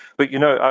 but, you know,